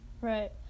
Right